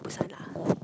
Busan lah